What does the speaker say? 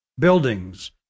Buildings